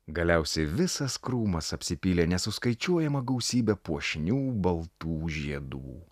galiausiai visas krūmas apsipylė nesuskaičiuojama gausybe puošnių baltų žiedų